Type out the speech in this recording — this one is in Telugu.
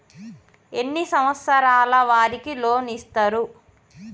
ఎన్ని సంవత్సరాల వారికి లోన్ ఇస్తరు?